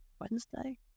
Wednesday